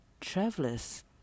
travelers